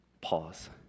pause